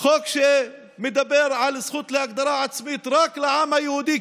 חוק שמדבר על זכות להגדרה עצמית רק לעם היהודי,